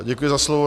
Děkuji za slovo.